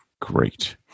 great